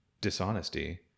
dishonesty